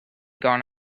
gone